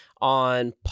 on